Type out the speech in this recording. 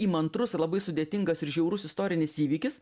įmantrus ir labai sudėtingas ir žiaurus istorinis įvykis